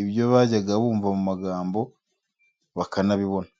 ibyo bajyaga bumva mu magambo bakanabibona.